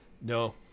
No